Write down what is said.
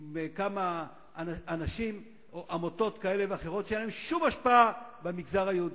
עם כמה אנשים או עמותות כאלה ואחרות שאין להן שום השפעה במגזר היהודי.